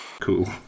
cool